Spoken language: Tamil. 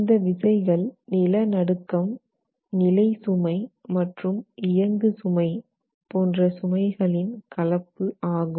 இந்த விசைகள் நிலநடுக்கம் நிலை சுமை மற்றும் இயங்கு சுமை போன்ற சுமைகளின் கலப்பு ஆகும்